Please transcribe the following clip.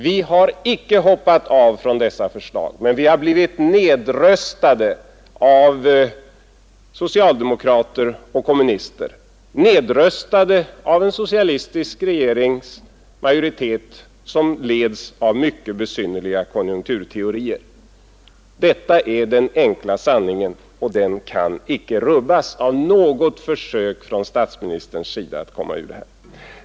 Vi har icke hoppat av från dessa förslag, utan vi har blivit nedröstade av socialdemokrater och kommunister. Vi har blivit nedröstade av en socialistisk regerings majoritet som leds av mycket besynnerliga konjunkturteorier. Detta är den enkla sanningen, och den kan icke rubbas av något försök från statsministerns sida att komma ur detta.